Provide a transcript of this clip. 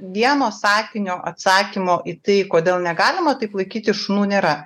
vieno sakinio atsakymo į tai kodėl negalima taip laikyti šunų nėra